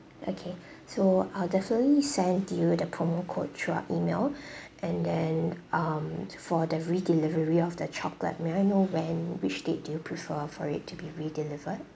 okay so I'll definitely send you the promo code through our E-mail and then um for the redelivery of the chocolate may I know when which date do you prefer for it to be redelivered